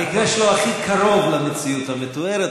המקרה שלו הכי קרוב למציאות המתוארת,